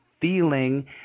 feeling